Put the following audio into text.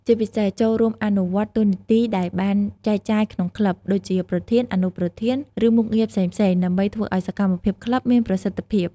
ជាពិសេស ចូលរួមអនុវត្តតួនាទីដែលបានចែកចាយក្នុងក្លឹប ដូចជាប្រធាន អនុប្រធាន ឬមុខងារផ្សេងៗ ដើម្បីធ្វើឲ្យសកម្មភាពក្លឹបមានប្រសិទ្ធភាព។